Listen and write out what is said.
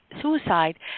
suicide